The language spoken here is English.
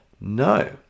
No